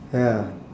ya